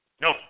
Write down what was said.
No